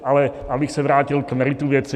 Ale abych se vrátil k meritu věci.